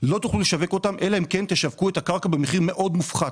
לא תוכלו לשווק אלא אם תשווקו את הקרקע במחיר מאוד מופחת.